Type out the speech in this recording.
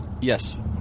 Yes